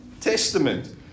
Testament